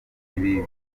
ibi